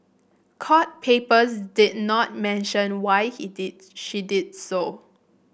court papers did not mention why he did she did so